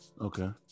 Okay